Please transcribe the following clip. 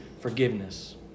forgiveness